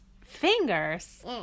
Fingers